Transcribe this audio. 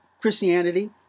Christianity